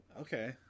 Okay